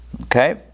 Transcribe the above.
okay